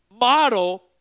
model